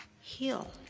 heal